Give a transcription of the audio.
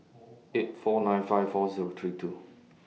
eight four nine five four Zero three two